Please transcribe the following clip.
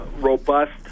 robust